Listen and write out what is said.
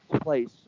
place